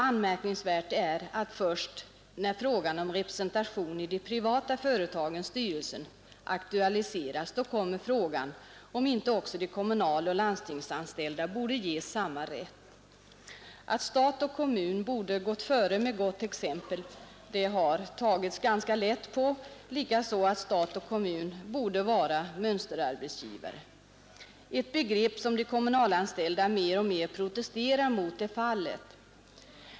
Anmärkningsvärt är att först när frågan om representation i de privata företagens styrelser aktualiseras då kommer frågan om inte också de kommunaloch landstingsanställda borde ges samma rätt. Att stat och kommun borde gått före med gott exempel har man tagit ganska lätt på, likaså att stat och kommun borde vara mönsterarbetsgivare — ett begrepp som de kommunalanställda mer och mer protesterar mot.